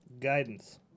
Guidance